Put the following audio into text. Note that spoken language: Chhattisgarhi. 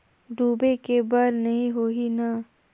डूबे के बर नहीं होही न?